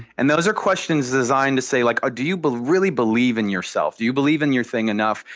and those are questions designed to say like ah do you but really believe in yourself? do you believe in your thing enough?